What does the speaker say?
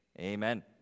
amen